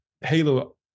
Halo